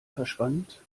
verschwand